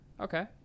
Okay